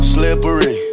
Slippery